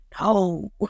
No